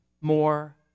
more